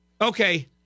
Okay